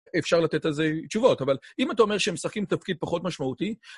אפשר לתת לזה תשובות, אבל אם אתה אומר שהם משחקים תפקיד פחות משמעותי,